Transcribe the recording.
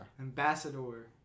Ambassador